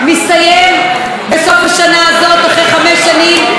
אחרי חמש שנים ובתקציב של 80 מיליון שקלים.